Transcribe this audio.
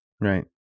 Right